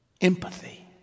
Empathy